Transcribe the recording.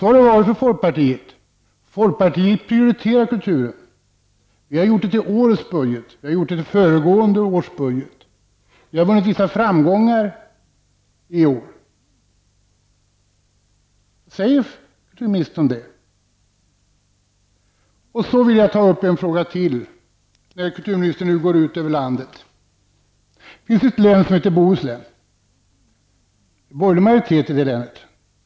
Så har det varit med folkpartiet. Folkpartiet prioriterar kulturen. Vi har gjort det i årets budget, och vi gjorde det i föregående års budget. Vi har vunnit vissa framgångar i år. Jag vill ta upp en annan fråga när nu kulturministern diskuterar hela landet. Det finns ett län som heter Bohuslän. Det är en borgerlig majoritet i det länet.